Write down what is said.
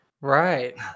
Right